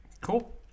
Cool